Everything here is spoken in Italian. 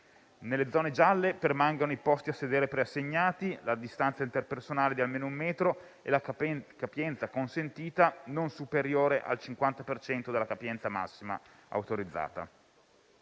nelle zone gialle permangono i posti a sedere preassegnati, la distanza interpersonale di almeno un metro e la capienza consentita non superiore al 50 per cento della capienza massima autorizzata;